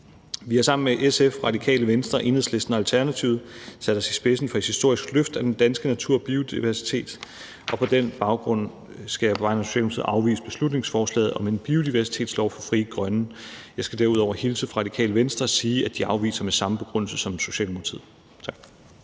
Vi har sammen SF, Radikale Venstre, Enhedslisten og Alternativet sat os i spidsen for et historisk løft af den danske natur og biodiversitet. På den baggrund skal jeg på vegne af Socialdemokratiet afvise beslutningsforslaget om en biodiversitetslov fra Frie Grønne. Jeg skal derudover hilse fra Radikale Venstre og sige, at de afviser forslaget med samme begrundelse som Socialdemokratiet.